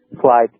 Slide